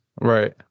Right